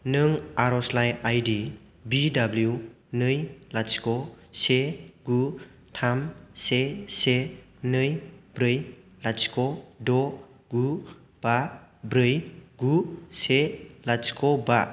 नों आर'जलाइ आइ दि बि दाब्लिउ नै लाथिख' से गु थाम से से नै ब्रै लाथिख' द' गु बा ब्रै गु से लाथिख' बा